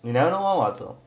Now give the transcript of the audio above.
you never know 慌了的